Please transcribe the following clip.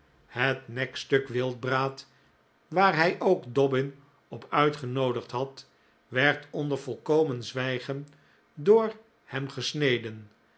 het nekstuk wildbraad waar hij ook dobbin op uitgenoodigd had werd onder volkomen zwijgen door hem gesneden